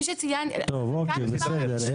בסדר.